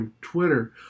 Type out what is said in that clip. Twitter